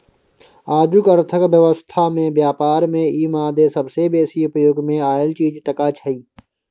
आजुक अर्थक व्यवस्था में ब्यापार में ई मादे सबसे बेसी उपयोग मे आएल चीज टका छिये